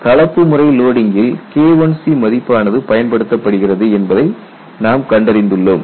கலப்பு முறை லோடிங்கில் KIC மதிப்பானது பயன்படுத்தப்படுகிறது என்பதை நாம் கண்டறிந்துள்ளோம்